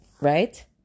right